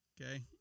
okay